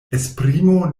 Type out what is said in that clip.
esprimo